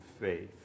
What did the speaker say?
faith